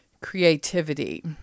creativity